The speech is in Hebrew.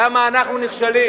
למה אנחנו נכשלים?